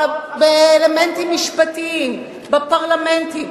באלמנטים משפטיים, בפרלמנטים.